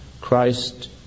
Christ